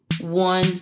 one